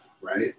right